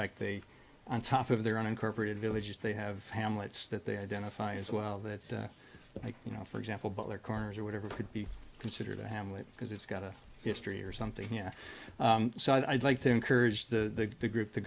fact they on top of their unincorporated villages they have hamlets that they identify as well that you know for example but their cars or whatever could be considered a hamlet because it's got a history or something and so i'd like to encourage the group to